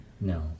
No